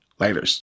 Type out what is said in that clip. Laters